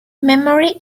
memory